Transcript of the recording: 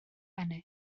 ennill